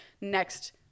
next